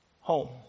Home